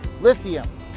lithium